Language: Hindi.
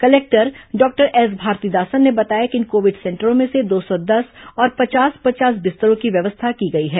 कलेक्टर डॉक्टर एस भारतीदासन ने बताया कि इन कोविड सेंटरों में दो सौ दस और पचास पचास बिस्तरों की व्यवस्था की गई है